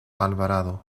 alvarado